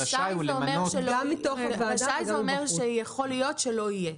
רשאי זה אומר שיכול להיות שלא יהיה.